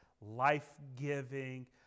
life-giving